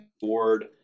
board